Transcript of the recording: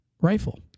rifle